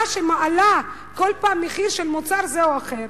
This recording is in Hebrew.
שמעלה כל פעם מחיר של מוצר זה או אחר,